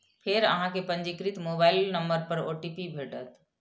फेर अहां कें पंजीकृत मोबाइल नंबर पर ओ.टी.पी भेटत